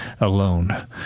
alone